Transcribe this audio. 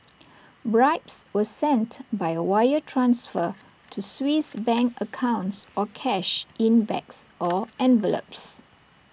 bribes were sent by wire transfer to Swiss bank accounts or cash in bags or envelopes